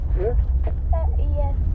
Yes